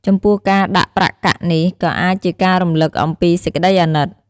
ចំពោះការដាក់ប្រាក់កាក់នេះក៏អាចជាការរំលឹកអំពីសេចក្ដីអាណិត។